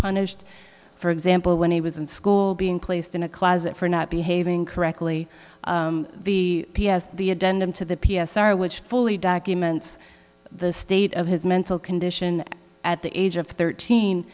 punished for example when he was in school being placed in a closet for not behaving correctly the p s the a dent into the p s r which fully documents the state of his mental condition at the age of thirteen